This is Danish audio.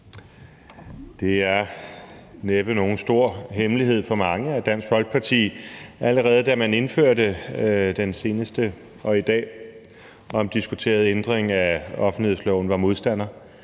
Det er næppe nogen stor hemmelighed for mange, at Dansk Folkeparti, allerede da man indførte den seneste og i dag omdiskuterede ændring af offentlighedsloven, var modstandere,